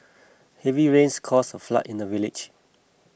heavy rains caused a flood in the village